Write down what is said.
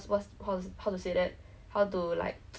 so it's very scary ah it's like I can swim